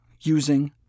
using